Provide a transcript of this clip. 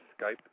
Skype